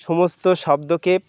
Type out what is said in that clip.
সমস্ত শব্দকে